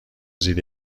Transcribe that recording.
زیر